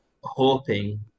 hoping